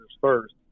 first